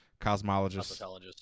cosmologist